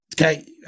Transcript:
okay